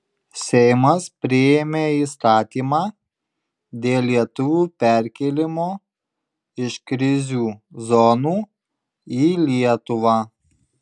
seimas priėmė įstatymą dėl lietuvių perkėlimo iš krizių zonų į lietuvą